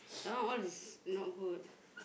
that one all is not good